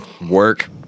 Work